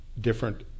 different